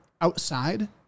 outside